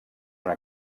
una